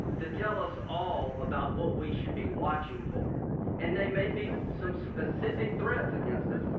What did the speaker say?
to tell us all about what we should be watching for and they may be some specific threats against us,